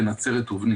בן נצרת ובני"